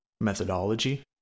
methodology